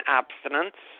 abstinence